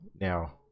now